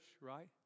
right